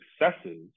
successes